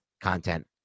content